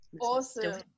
awesome